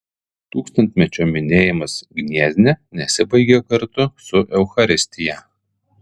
tūkstantmečio minėjimas gniezne nesibaigė kartu su eucharistija